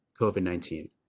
COVID-19